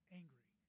angry